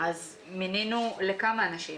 מינינו כמה אנשים,